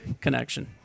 connection